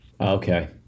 Okay